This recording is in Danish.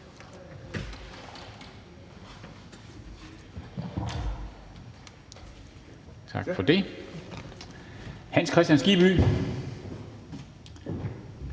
Tak for det. Hr. Hans Kristian Skibby,